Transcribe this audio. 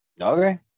okay